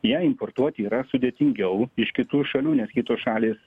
ją importuoti yra sudėtingiau iš kitų šalių nes kitos šalys